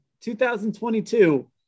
2022